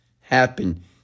happen